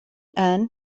الآن